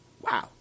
wow